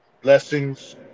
Blessings